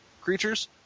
creatures